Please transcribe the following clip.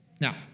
Now